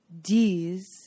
D's